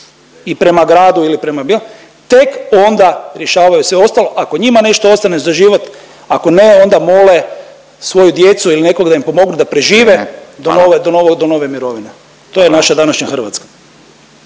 i prema gradu ili prema …, tek onda rješavaju sve ostalo, ako njima nešto ostane za život, ako ne onda mole svoju djecu il nekoga da im pomogne da prežive… …/Upadica Radin: Vrijeme,